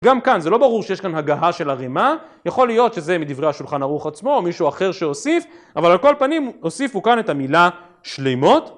גם כאן, זה לא ברור שיש כאן הגאה של הרימה, יכול להיות שזה מדברי השולחן ארוך עצמו או מישהו אחר שאוסיף, אבל על כל פנים, הוסיפו כאן את המילה שלימות.